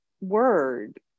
word